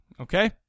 Okay